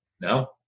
no